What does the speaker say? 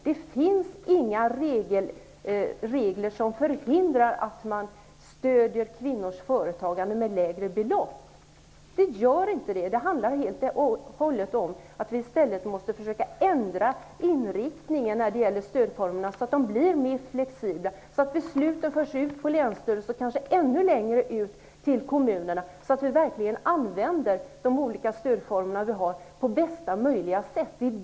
Det finns inga regler som förhindrar att man stödjer kvinnors företagande med lägre belopp. Det handlar helt och hållet om att vi i stället måste försöka ändra inriktningen av stödformerna så att de blir mer flexibla och så att besluten förs ut till länsstyrelserna och kanske ända ut till kommunerna. Då kan vi verkligen använda stödformerna på bästa sätt.